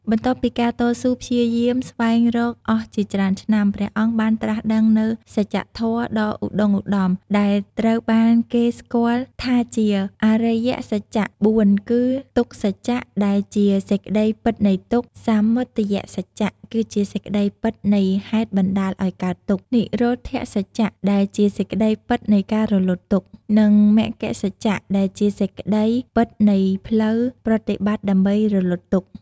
បន្ទាប់ពីការតស៊ូព្យាយាមស្វែងរកអស់ជាច្រើនឆ្នាំ ព្រះអង្គបានត្រាស់ដឹងនូវ សច្ចធម៌ ដ៏ឧត្ដុង្គឧត្ដម ដែលត្រូវបានគេស្គាល់ថាជា អរិយសច្ច ៤គឺ ទុក្ខសច្ច ដែលជា សេចក្ដីពិតនៃទុក្ខ សមុទយសច្ច គឺជាសេចក្ដីពិតនៃហេតុបណ្ដាលឱ្យកើតទុក្ខ និរោធសច្ចដែលជាសេចក្ដីពិតនៃការរលត់ទុក្ខ និងមគ្គសច្ច ដែលជាសេចក្ដីពិតនៃផ្លូវប្រតិបត្តិដើម្បីរលត់ទុក្ខ។